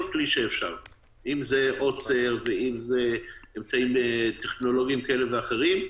אם זה עוצר ואם אלה אמצעים טכנולוגיים כאלה ואחרים,